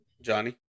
Johnny